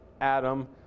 Adam